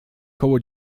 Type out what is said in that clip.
koło